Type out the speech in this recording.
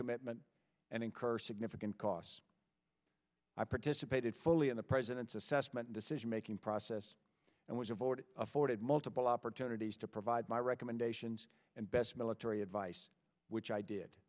commitment and incur significant costs i participated fully in the president's assessment decision making process and was a vote afforded multiple opportunities to provide my recommendations and best military advice which i did